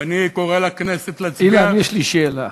ואני קורא לכנסת להצביע, אילן, יש לי שאלה.